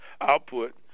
output